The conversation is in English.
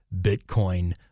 Bitcoin